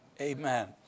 Amen